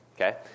Okay